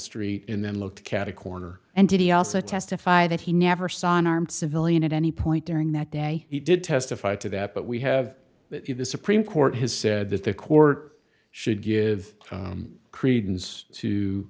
street and then looked cata corner and he also testified that he never saw an armed civilian at any point during that day he did testify to that but we have that if the supreme court has said that the court should give credence to